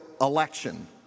election